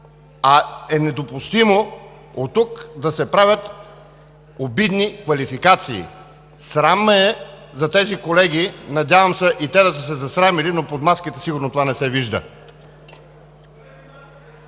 и е недопустимо оттук да се правят обидни квалификации! Срам ме е за тези колеги! Надявам се и те да са се засрамили, но под маските сигурно това не се вижда.